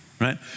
right